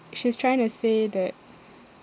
she's trying to say that